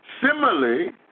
similarly